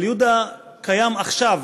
אבל יהודה קיים עכשיו,